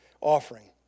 offering